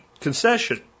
concession